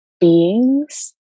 beings